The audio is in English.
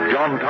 John